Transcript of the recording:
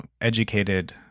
educated